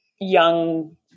young